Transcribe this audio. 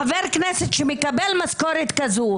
חבר כנסת שמקבל משכורת כזאת,